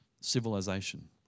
civilization